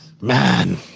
Man